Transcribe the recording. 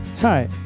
Hi